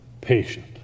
patient